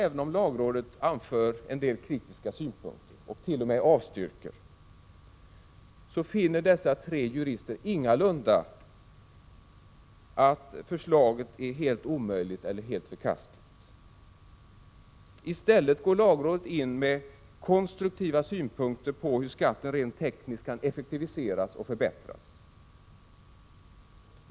Även om lagrådet riktar en del kritik mot engångsskatten och t.o.m. avstyrker, så finner dessa tre jurister ingalunda att förslaget är helt omöjligt eller helt förkastligt. I stället går lagrådet in med konstruktiva synpunkter på hur skatten rent tekniskt kan effektiviseras och förbättras.